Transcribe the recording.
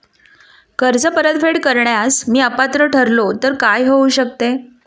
कर्ज परतफेड करण्यास मी अपात्र ठरलो तर काय होऊ शकते?